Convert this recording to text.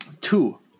Two